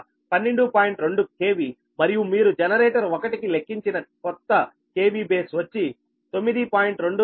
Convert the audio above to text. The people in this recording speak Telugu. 2 KV మరియు మీరు జనరేటర్ 1 కి లెక్కించిన కొత్త KV బేస్ వచ్చి 9